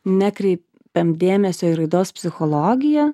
nekreipiam dėmesio į raidos psichologiją